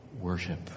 worship